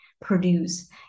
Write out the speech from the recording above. produce